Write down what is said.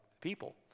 people